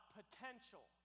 potential